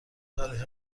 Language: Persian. تاریخ